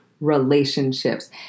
relationships